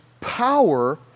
power